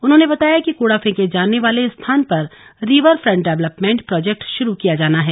उन्होंने बताया कि कूड़ा फेके जाने वाले स्थान पर रिवर फ्रंट डेवलपमेंट प्रोजेक्ट शुरू किया जाना है